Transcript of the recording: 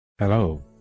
Hello